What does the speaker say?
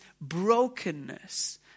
brokenness